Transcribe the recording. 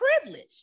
privileged